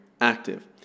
active